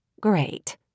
Great